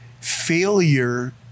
failure